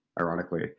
ironically